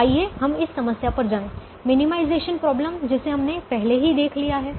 तो आइए हम इस समस्या पर जाएं मिनिमाइजेशन प्रॉब्लम जिसे हमने पहले ही देख लिया है